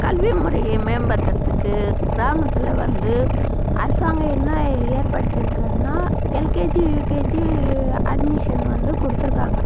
கல்வி முறையை மேம்படுத்துறதுக்கு கிராமத்தில் வந்து அரசாங்கம் என்ன ஏற்படுத்திருக்குன்னா எல்கேஜி யுகேஜி அட்மிஷன் வந்து கொடுத்துருக்காங்க